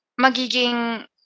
Magiging